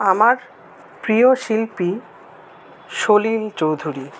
আমার প্রিয় শিল্পী সলিল চৌধুরী